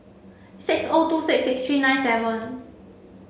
six O two six six three nine seven